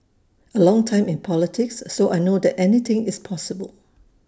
A long time in politics so I know that anything is possible